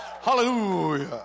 Hallelujah